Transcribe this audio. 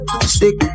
stick